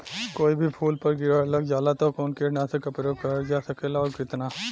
कोई भी फूल पर कीड़ा लग जाला त कवन कीटनाशक क प्रयोग करल जा सकेला और कितना?